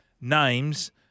names